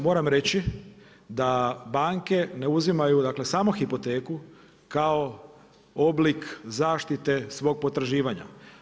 Moram reći, da banke, ne uzimaju dakle, samo hipoteku, kao oblik zaštite svog potraživanja.